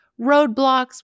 roadblocks